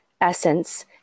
essence